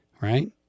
Right